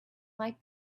like